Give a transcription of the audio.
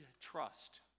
trust